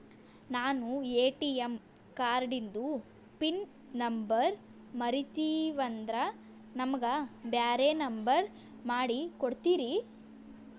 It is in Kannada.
ನಾನು ಎ.ಟಿ.ಎಂ ಕಾರ್ಡಿಂದು ಪಿನ್ ನಂಬರ್ ಮರತೀವಂದ್ರ ನಮಗ ಬ್ಯಾರೆ ನಂಬರ್ ಮಾಡಿ ಕೊಡ್ತೀರಿ?